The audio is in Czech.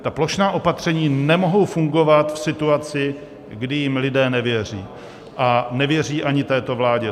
Ta plošná opatření nemohou fungovat v situaci, kdy jim lidé nevěří a nevěří ani této vládě.